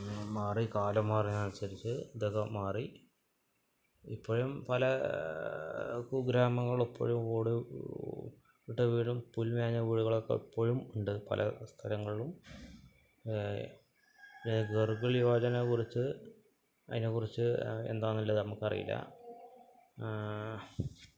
പിന്നെ മാറി കാലം മാറിയേനനുസരിച്ച് ഇതൊക്കെ മാറി ഇപ്പോഴും പല കുഗ്രാമങ്ങളിലിപ്പോഴും ഓട് ഇട്ട വീടും പുൽ മേഞ്ഞ വീടുകളൊക്കെ ഇപ്പോഴും ഉണ്ട് പല സ്ഥലങ്ങളിലും കുറിച്ച് അതിനേക്കുറിച്ച് എന്താണെന്നുള്ളത് നമുക്കറിയില്ല